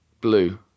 Blue